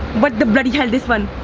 what the bloody hell this one?